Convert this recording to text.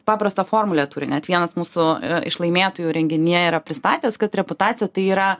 paprastą formulę turi net vienas mūsų iš laimėtojų renginyje yra pristatęs kad reputacija tai yra